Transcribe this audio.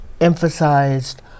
emphasized